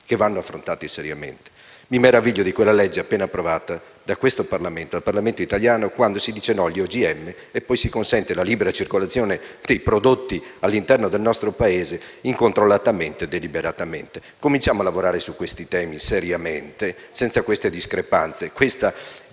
che vanno affrontati seriamente. Mi meraviglio di quella legge appena approvata da questo Parlamento, dal Parlamento italiano: si dice no agli OGM e poi si consente la libera circolazione dei prodotti all'interno del nostro Paese incontrollatamente e deliberatamente. Cominciamo a lavorare su questi temi seriamente, senza queste discrepanze.